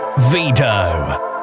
Vito